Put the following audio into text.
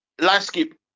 landscape